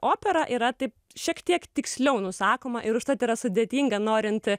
opera yra taip šiek tiek tiksliau nusakoma ir užtat yra sudėtinga norint